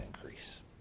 increase